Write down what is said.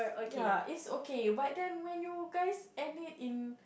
ya it's okay but then when you guys end it in